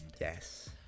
yes